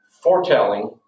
foretelling